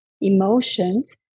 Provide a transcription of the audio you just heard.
emotions